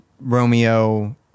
romeo